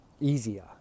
easier